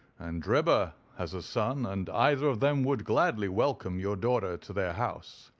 and drebber has a son, and either of them would gladly welcome your daughter to their house.